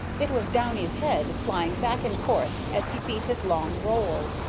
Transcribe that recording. it was downy's head flying back and forth as he beat his long roll.